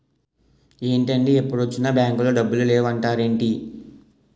ఏంటండీ ఎప్పుడొచ్చినా బాంకులో డబ్బులు లేవు అంటారేంటీ?